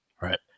Right